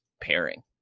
pairing